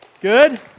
good